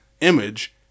image